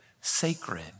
sacred